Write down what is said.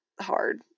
hard